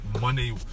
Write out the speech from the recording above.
Monday